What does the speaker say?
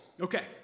Okay